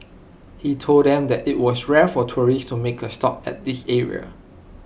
he told them that IT was rare for tourists to make A stop at this area